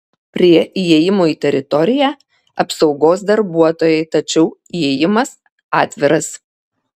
prie įėjimo į teritoriją apsaugos darbuotojai tačiau įėjimas atviras